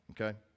okay